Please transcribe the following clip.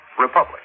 republic